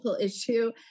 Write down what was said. issue